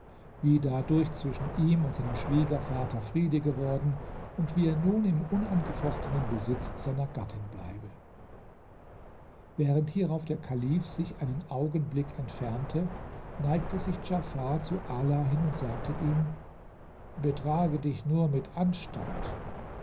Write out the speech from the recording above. wie dadurch zwischen ihm und seinem schwiegervater friede geworden und wie er nun im unangefochtenen besitz seiner gattin bleibe während hierauf der kalif sich einen augenblick entfernte neigte sich djafar zu ala hin und sagte ihm betrage dich nur mit anstand